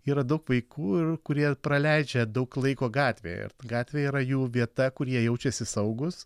yra daug vaikų ir kurie praleidžia daug laiko gatvėje ir ta gatvė yra jų vieta kur jie jaučiasi saugūs